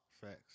Facts